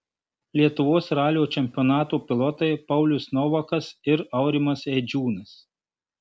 lietuvos ralio čempionato pilotai paulius novakas ir aurimas eidžiūnas